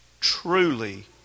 truly